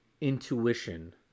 intuition